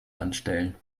anstellen